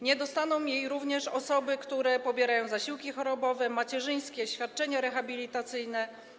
Nie dostaną jej również osoby, które pobierają zasiłki chorobowe, macierzyńskie, świadczenie rehabilitacyjne.